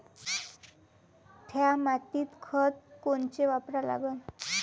थ्या मातीत खतं कोनचे वापरा लागन?